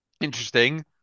Interesting